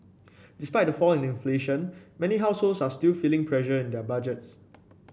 despite the fall in inflation many households are still feeling pressure in their budgets